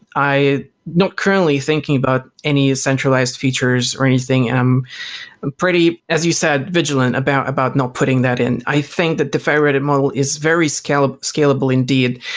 not currently thinking about any centralized features or anything and i'm i'm pretty, as you said, vigilant about about not putting that in. i think that the federated model is very scalable scalable indeed.